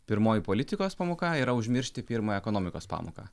pirmoji politikos pamoka yra užmiršti pirmą ekonomikos pamoką